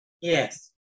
Yes